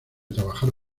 trabajar